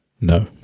no